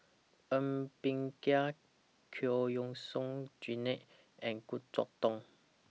Ng Bee Kia Giam Yean Song Gerald and Goh Chok Tong